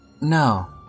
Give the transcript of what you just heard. No